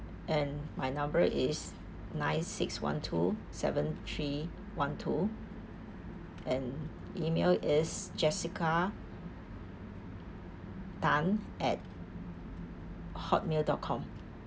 and my number is nine six one two seven three one two and email is jessica tan at hotmail dot com